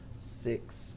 Six